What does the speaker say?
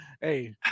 hey